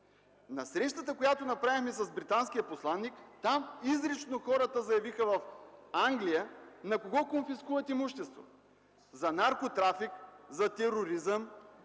На срещата, която направихме с британския посланик, там изрично хората заявиха в Англия на кого конфискуват имуществото – за наркотрафик, за тероризъм,